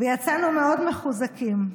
ויצאנו מאוד מחוזקים.